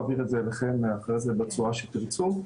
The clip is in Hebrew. אעביר לכם את זה בצורה שתרצו.